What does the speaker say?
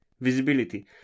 visibility